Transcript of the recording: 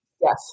Yes